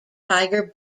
tiger